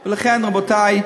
לכן, רבותי,